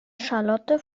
charlotte